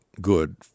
good